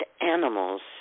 animals